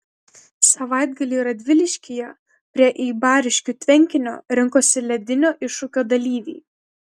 savaitgalį radviliškyje prie eibariškių tvenkinio rinkosi ledinio iššūkio dalyviai